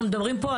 אנחנו מדברים פה,